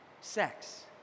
Sex